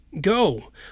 go